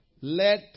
let